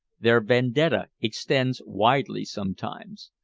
their vendetta extends widely sometimes.